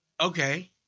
Okay